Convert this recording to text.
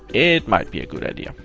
it might be a good idea.